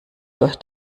durch